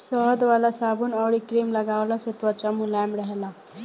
शहद वाला साबुन अउरी क्रीम लगवला से त्वचा मुलायम रहेला